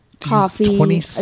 Coffee